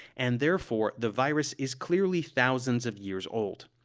and therefore the virus is clearly thousands of years old.